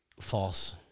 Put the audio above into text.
False